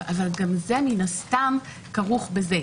גם זה מן הסתם כרוך בזה,